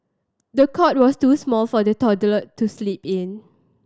the cot was too small for the toddler to sleep in